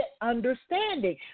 understanding